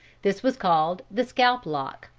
this was called the scalp-lock.